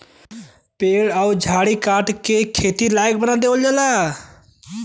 पेड़ अउर झाड़ी के काट के खेती लायक बना देवल जाला